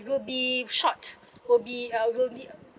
will be shot will be uh will be